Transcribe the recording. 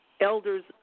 elders